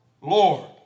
Lord